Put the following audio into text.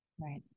Right